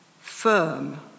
firm